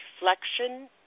reflection